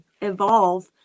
evolve